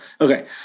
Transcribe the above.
Okay